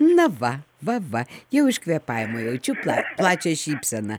na va va va jau iš kvėpavimo jaučiu pla plačią šypseną